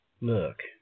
Look